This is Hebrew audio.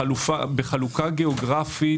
בחלוקה גיאוגרפית,